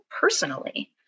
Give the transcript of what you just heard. personally